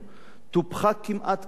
טופחה כמעט כאידיאל